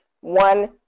one